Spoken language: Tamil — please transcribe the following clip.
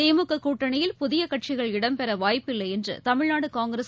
திமுக கூட்டணியில் புதிய கட்சிகள் இடம்பெற வாய்ப்பில்லை என்று தமிழ்நாடு காங்கிரஸ்